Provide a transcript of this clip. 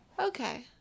Okay